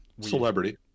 Celebrity